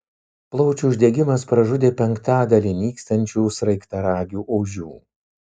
plaučių uždegimas pražudė penktadalį nykstančių sraigtaragių ožių